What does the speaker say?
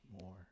more